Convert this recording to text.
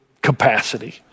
capacity